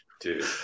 dude